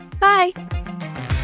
Bye